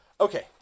okay